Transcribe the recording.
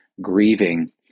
grieving